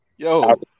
Yo